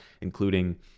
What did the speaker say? including